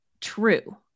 true